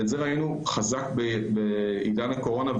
ואת זה ראינו חזק בעידן הקורונה,